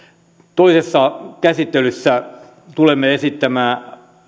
toisessa käsittelyssä tulemme esittämään